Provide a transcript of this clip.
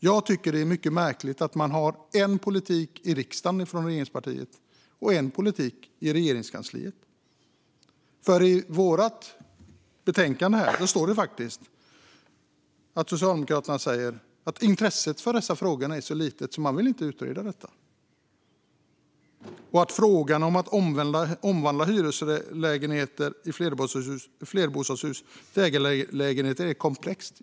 Jag tycker att det är mycket märkligt att man från regeringspartiet har en politik i riksdagen och en annan i Regeringskansliet. I vårt betänkande står det nämligen att Socialdemokraterna säger att intresset för dessa frågor är så litet att man inte vill utreda detta. Man säger också att frågan om att omvandla hyreslägenheter i flerbostadshus till ägarlägenheter är komplex.